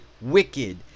wicked